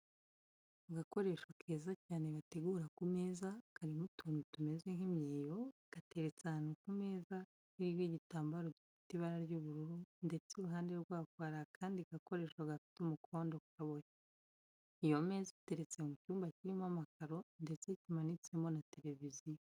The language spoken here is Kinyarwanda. Agakoresho keza cyane bategura ku meza, karimo utuntu tumeze nk'imyeyo, gateretse ahantu ku meza iriho igitambaro gifite ibara ry'ubururu ndetse iruhande rwako hari akandi gakoresho gafite umukondo kaboshye. Iyo meza iteretse mu cyumba kirimo amakaro ndetse kimanitsemo na televiziyo.